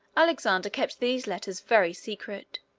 alexander kept these letters very secret,